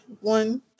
one